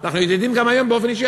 אנחנו ידידים גם היום באופן אישי,